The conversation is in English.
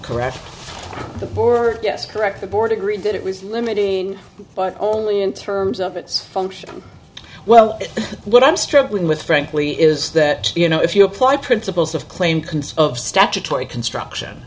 correct yes correct the board agreed that it was limiting but only in terms of its function well what i'm struggling with frankly is that you know if you apply principles of claimed concern of statutory construction